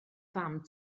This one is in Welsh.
fam